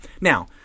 Now